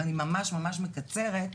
ואני ממש ממש מקצרת,